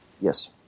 Yes